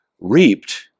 reaped